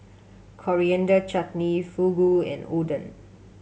Coriander Chutney Fugu and Oden